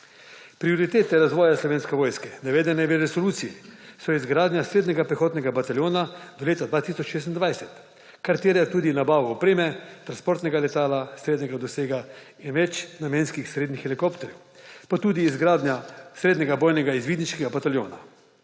Prioritete razvoja Slovenske vojske, navedene v resoluciji, so izgradnja srednjega pehotnega bataljona do leta 2026, kar terja tudi nabavo opreme, transportnega letala srednjega dosega in večnamenski srednji helikopter, pa tudi izgradnja srednjega bojnega izvidniškega bataljona.